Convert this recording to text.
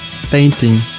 painting